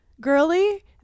girly